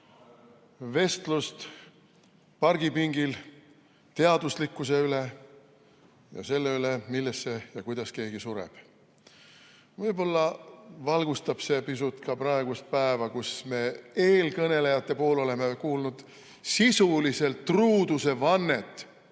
vestlust pargipingil teaduslikkuse üle ja selle üle, millesse ja kuidas keegi sureb. Võib-olla valgustab see pisut ka praegust päeva, kus me eelkõnelejate suust oleme kuulnud sisuliselt truudusevannet